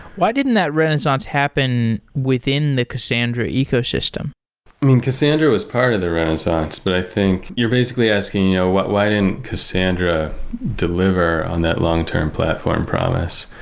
why didn't that renaissance happen within the cassandra ecosystem? i mean, cassandra was part of the renaissance, but i think you're basically asking you know why didn't cassandra deliver on that long-term platform promise?